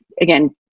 again